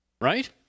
right